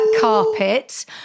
carpet